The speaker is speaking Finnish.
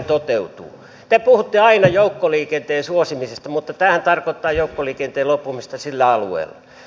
te puhutte aina joukkoliikenteen suosimisesta mutta tämähän tarkoittaa joukkoliikenteen loppumista sillä alueella